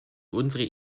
unsere